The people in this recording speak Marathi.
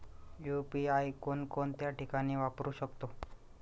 यु.पी.आय कोणकोणत्या ठिकाणी वापरू शकतो?